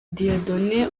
dieudonne